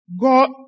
God